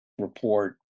report